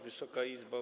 Wysoka Izbo!